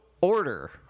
order